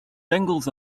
dangles